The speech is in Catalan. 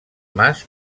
mas